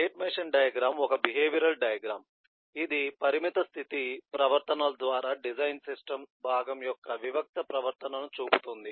state machine diagram ఒక behavioral diagram ఇది పరిమిత స్థితి పరివర్తనాల ద్వారా డిజైన్ సిస్టమ్ భాగం యొక్క వివిక్త ప్రవర్తనను చూపుతుంది